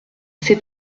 c’est